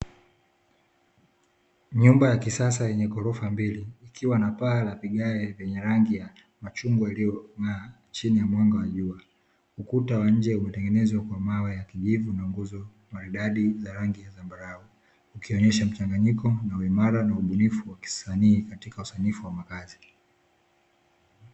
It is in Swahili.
Nyumba ya kisasa yenye ghorofa mbili, ikiwa na paa la kigae lenye rangi ya machungwa iliyong'aa chini ya mwanga wa jua, ukuta wa nje umetengenezwa kwa mawe ya kijivu na nguzo maridadi za rangi ya zambarau, ikionesha mchanganyiko na uimara na ubunifu wa kisanii katika usanifu wa makazi.